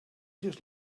just